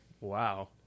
Wow